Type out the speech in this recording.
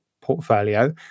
portfolio